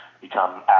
become